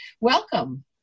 Welcome